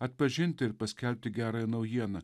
atpažinti ir paskelbti gerąją naujieną